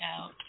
out